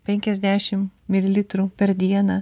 penkiasdešimt mililitrų per dieną